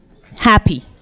happy